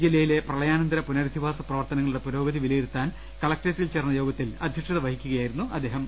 ജില്ലയിലെ പ്രളയാനന്തര പുനരധി വാസ പ്രവർത്തനങ്ങളുടെ പുരോഗതി വിലയിരുത്താൻ കല ക്ടറേറ്റിൽ ചേർന്ന യോഗത്തിൽ അധ്യക്ഷത് വഹിക്കുകയാ യിരുന്നു അദ്ദേഹം